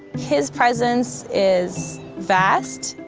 his presence is vast,